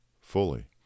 fully